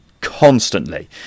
constantly